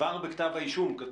כבר בכתב האישום?